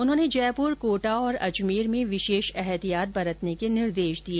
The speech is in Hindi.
उन्होंने जयपुर कोटा और अजमेर में विशेष एहतियात बरतने के निर्देश दिए